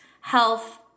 Health